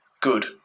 Good